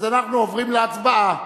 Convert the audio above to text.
אז אנחנו עוברים להצבעה.